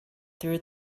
through